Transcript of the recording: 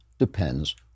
depends